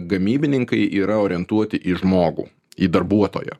gamybininkai yra orientuoti į žmogų į darbuotoją